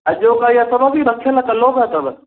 अॼो का ई अथव कि रखियल कल्हो का अथव